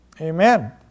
Amen